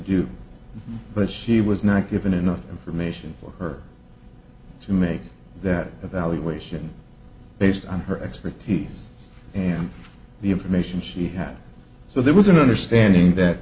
do but she was not given enough information for her to make that evaluation based on her expertise and the information she had so there was an understanding that